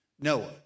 Noah